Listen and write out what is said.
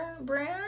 brand